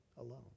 alone